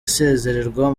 asezererwa